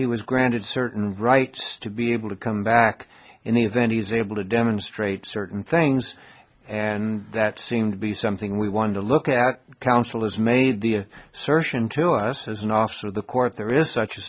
he was granted certain rights to be able to come back in the then he's able to demonstrate certain things and that seemed to be something we wanted to look at counsel has made the assertion to us as an officer of the court there is such a